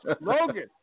Logan